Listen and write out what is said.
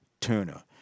Turner